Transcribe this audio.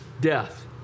death